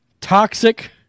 toxic